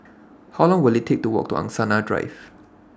How Long Will IT Take to Walk to Angsana Drive